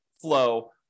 flow